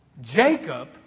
Jacob